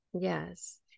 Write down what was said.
Yes